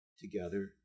together